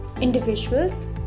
individuals